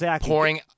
pouring